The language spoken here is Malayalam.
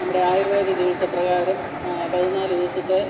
നമ്മുടെ ആയുര്വേദ ചികിത്സ പ്രകാരം പതിനാലു ദിവസത്തെ